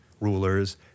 rulers